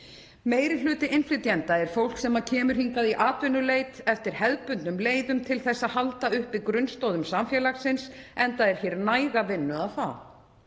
Meiri hluti innflytjenda er fólk sem kemur hingað í atvinnuleit eftir hefðbundnum leiðum til að halda uppi grunnstoðum samfélagsins, enda er hér næga vinnu að fá.